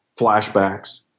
flashbacks